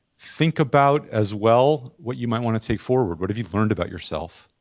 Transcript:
think about as well what you might wanna take forward, what have you learned about yourself?